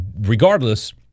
regardless